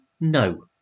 No